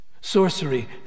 Sorcery